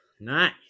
Nice